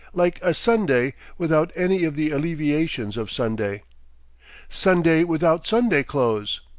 like a sunday without any of the alleviations of sunday sunday without sunday clothes,